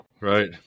Right